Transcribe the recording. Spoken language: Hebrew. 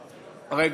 נתקבלה.